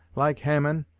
like haman,